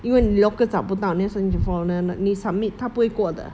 因为 local 找不到 that's why then foreigner 你 submit 它不会过的